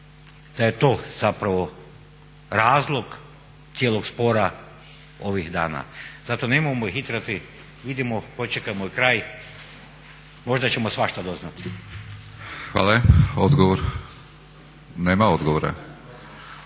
da je to zapravo razlog cijelog spora ovih dana? Zato nemojmo hitati, vidimo, počekajmo kraj, možda ćemo svašta doznati. **Batinić, Milorad